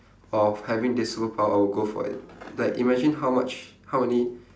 of having this superpower I'll go for it like imagine how much how many